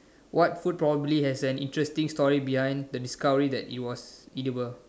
what food probably has an interesting story behind the discovery that it was edible